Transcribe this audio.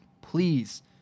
please